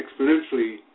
exponentially